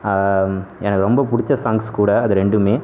எனக்கு ரொம்ப பிடிச்ச சாங்ஸ் கூட அது ரெண்டுமே